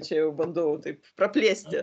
čia jau bandau taip praplėsti